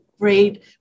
great